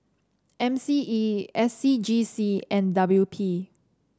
M C E S C G C and W P